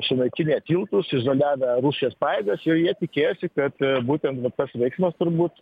sunaikinę tiltus izoliavę rusijos pajėgas jau jie tikėjosi kad būtent va tas veiksmas turbūt